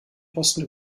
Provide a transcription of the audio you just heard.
posten